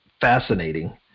fascinating